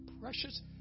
precious